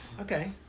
Okay